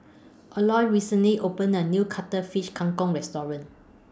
Eloy recently opened A New Cuttlefish Kang Kong Restaurant